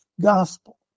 gospel